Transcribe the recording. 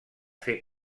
fer